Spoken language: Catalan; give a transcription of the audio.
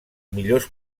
millors